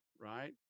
Right